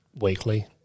weekly